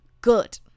good